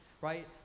Right